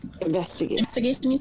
investigation